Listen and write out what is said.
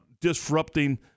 disrupting